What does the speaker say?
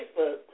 Facebook